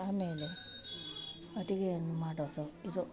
ಆಮೇಲೆ ಅಡಿಗೆಯನ್ನು ಮಾಡೋದು ಇದು